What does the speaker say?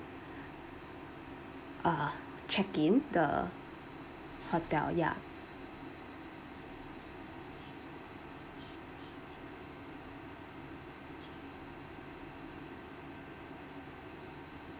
ah check in the hotel ya